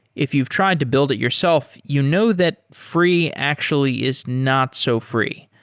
if you've tried to build it yourself, you know that free actually is not so free.